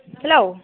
hello